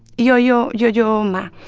yo-yo yo-yo ma,